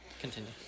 continue